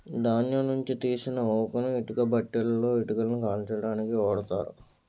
ధాన్యం నుంచి తీసిన ఊకను ఇటుక బట్టీలలో ఇటుకలను కాల్చడానికి ఓడుతారు